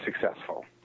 successful